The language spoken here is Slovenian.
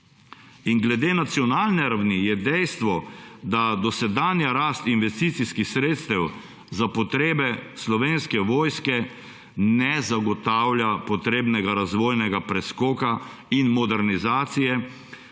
Glede nacionalne ravni je dejstvo, da dosedanja rast investicijskih sredstev za potrebe Slovenske vojske ne zagotavlja potrebnega razvojnega preskoka in modernizacije,